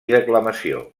declamació